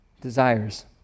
desires